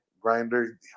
grinder